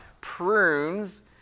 prunes